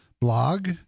blog